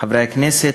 חברי הכנסת,